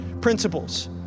principles